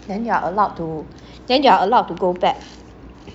then you are allowed to then you are allowed to go back